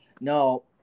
No